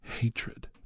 Hatred